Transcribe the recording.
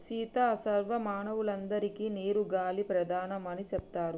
సీత సర్వ మానవులందరికే నీరు గాలి ప్రాణాధారం అని సెప్తారు